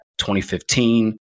2015